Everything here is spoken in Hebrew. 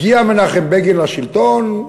הגיע מנחם בגין לשלטון,